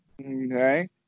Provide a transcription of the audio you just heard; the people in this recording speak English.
Okay